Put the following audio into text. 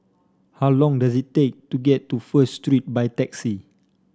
how long does it take to get to First Street by taxi